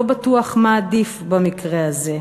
לא בטוח מה עדיף במקרה הזה.